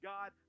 God